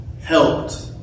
helped